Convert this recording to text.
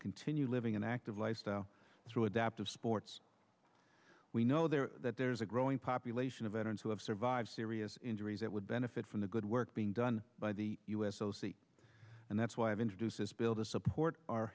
continue living an active lifestyle through adaptive sports we know there that there's a growing population of veterans who have survived serious injuries that would benefit from the good work being done by the u s o c and that's why i've introduced this bill to support our